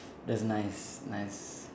that's nice nice